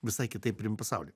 visai kitaip priimt pasaulį